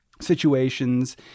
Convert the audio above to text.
situations